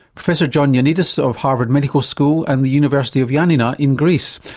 professor john ioannidis so of harvard medical school and the university of yeah ioannina in greece.